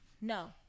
no